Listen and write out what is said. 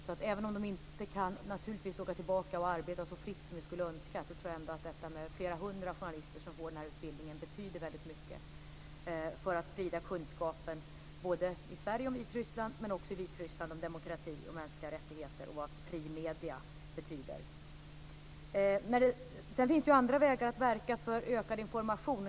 Så även om de naturligtvis inte kan åka tillbaka och arbeta så fritt som vi skulle önska tror jag ändå att detta att flera hundra journalister får den här utbildningen betyder väldigt mycket för att sprida kunskap, både i Sverige om Vitryssland och i Vitryssland om demokrati och mänskliga rättigheter och om vad fria medier betyder. Sedan finns det ju andra vägar att verka för ökad information.